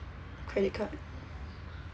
credit card